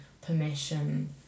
permission